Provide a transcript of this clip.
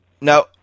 Now